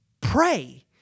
Pray